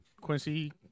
Quincy